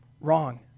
wrong